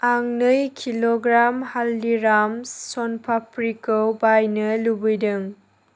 आं नै किल'ग्राम हालदिराम्स सन पाप्रिखौ बायनो लुबैदों